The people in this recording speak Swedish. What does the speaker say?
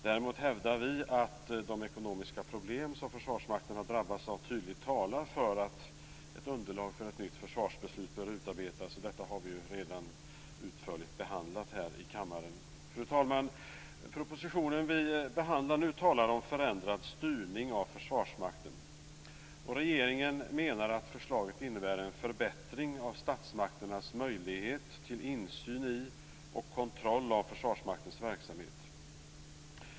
Däremot hävdar vi att de ekonomiska problem som Försvarsmakten har drabbats av tydligt talar för att ett underlag för ett nytt försvarsbeslut bör utarbetas. Detta har vi redan utförligt behandlat i kammaren. Fru talman! Propositionen vi behandlar nu talar om förändrad styrning av Försvarsmakten. Regeringen menar att förslaget innebär en förbättring av statsmakternas möjlighet till insyn i och kontroll av Försvarsmaktens verksamhet.